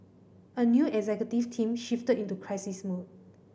a new executive team shifted into crisis mode